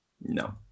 no